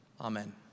Amen